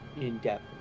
in-depth